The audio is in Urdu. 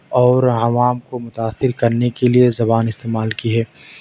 اور عوام کو متاثر کرنے کے لئے یہ زبان استعمال کی ہے